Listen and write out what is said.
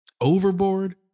overboard